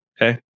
Okay